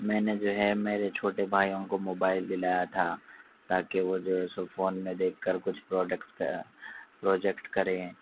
میں نے جو ہے میرے چھوٹے بھائیوں کو موبائل دلایا تھا تاکہ وہ جو ہے سو فون میں دیکھ کر کچھ پروڈکٹس کا پروجیکٹ کریں